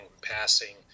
passing